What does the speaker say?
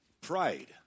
Pride